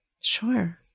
Sure